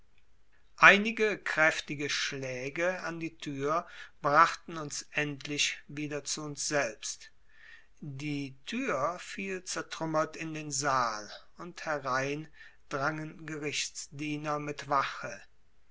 einige kräftige schläge an die tür brachten uns endlich wieder zu uns selbst die tür fiel zertrümmert in den saal und herein drangen gerichstdiener mit wache